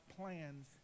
plans